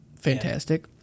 fantastic